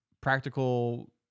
practical